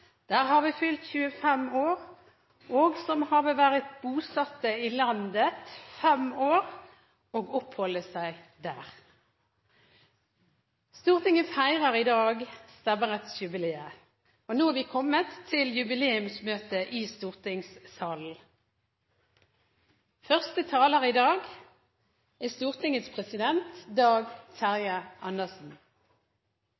der have fyldt 25 Aar, og som have været bosatte i Landet 5 Aar og opholde sig der.» Stortinget feirer i dag stemmerettsjubileet, og nå er vi kommet til jubileumsmøtet i stortingssalen. Vi er samlet for å markere at det i dag er